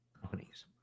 companies